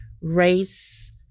race